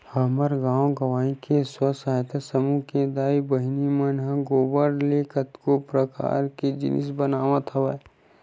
हमर गाँव गंवई के स्व सहायता समूह के दाई बहिनी मन ह गोबर ले कतको परकार के जिनिस बनावत हवय